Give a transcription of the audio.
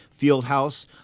Fieldhouse